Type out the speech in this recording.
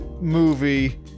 movie